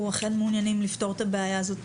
אנחנו אכן מעוניינים לפתור את הבעיה הזאת